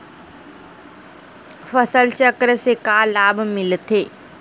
फसल चक्र से का लाभ मिलथे?